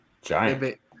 giant